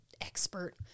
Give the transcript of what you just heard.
expert